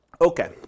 Okay